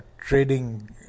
trading